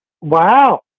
Wow